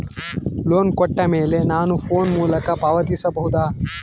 Loan ಕೊಟ್ಟ ಮೇಲೆ ನಾನು ಫೋನ್ ಮೂಲಕ ಪಾವತಿಸಬಹುದಾ?